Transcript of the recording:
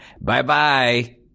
Bye-bye